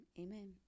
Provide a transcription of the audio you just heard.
Amen